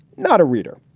not a reader.